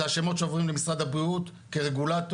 זה השמות שעוברים למשרד הבריאות כרגולטור,